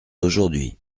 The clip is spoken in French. d’aujourd’hui